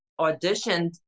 auditioned